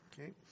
Okay